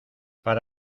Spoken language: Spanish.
para